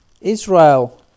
Israel